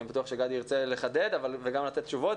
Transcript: אבל אני בטוח שגדי ירצה לחדד וגם לתת תשובות,